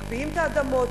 מקפיאים את האדמות,